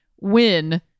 win